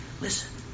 Listen